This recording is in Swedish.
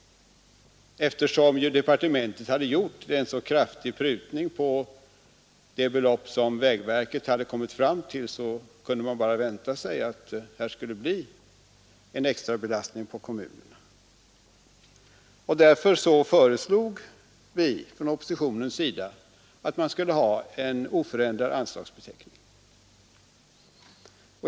Eftersom departementet hade gjort en så kraftig prutning på det belopp vägverket hade kommit fram till, kunde man bara vänta sig att det skulle bli en extra belastning på kommunerna. Därför föreslog vi från oppositionens sida att man skulle ha en oförändrad anslagsbeteckning.